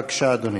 בבקשה, אדוני.